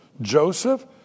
Joseph